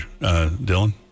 Dylan